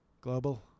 global